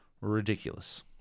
ridiculous